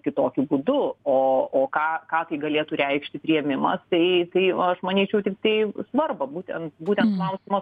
kitokiu būdu o o ką ką tai galėtų reikšti priėmimas tai tai aš manyčiau tiktai svarbą būtent būtent klausimo